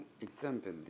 example